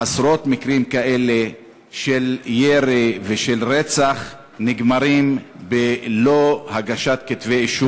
עשרות מקרים כאלה של ירי ושל רצח נגמרים בלא הגשת כתבי אישום.